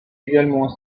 également